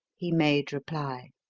he made reply.